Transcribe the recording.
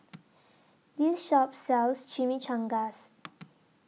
This Shop sells Chimichangas